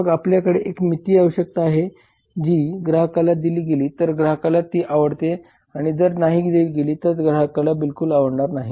मग आमच्याकडे एक मितीय आवश्यकता आहे जी ग्राहकाला दिली गेली तर ग्राहकाला ती आवडते आणि जर नाही दिली गेली तर ग्राहकाला बिलकुल आवडत नाही